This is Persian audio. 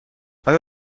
آیا